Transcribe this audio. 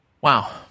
Wow